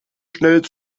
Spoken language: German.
schnell